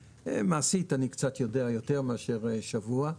מעשית אני קצת יודע יותר מאשר שבוע.